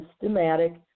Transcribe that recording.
systematic